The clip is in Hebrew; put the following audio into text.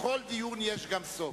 לכל דיון יש סוף,